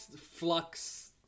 flux